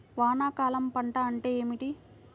వానాకాలం పంట అంటే ఏమిటి?